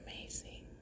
amazing